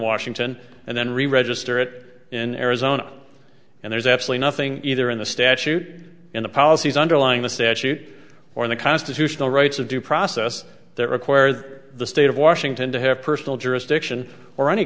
washington and then reregister it in arizona and there's actually nothing either in the statute in the policies underlying the statute or the constitutional rights of due process that require the state of washington to have personal jurisdiction or any